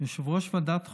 יושב-ראש ועדת חוקה,